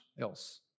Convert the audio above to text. else